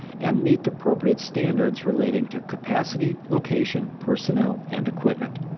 and meet appropriate standards relating to capacity, location, personnel, and equipment.